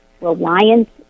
reliance